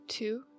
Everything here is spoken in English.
Two